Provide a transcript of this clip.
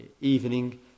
evening